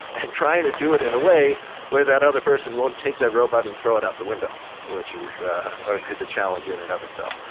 and try to do it in a way where that other person won't take that robot and throw it out the window, which is is a challenge in and of itself.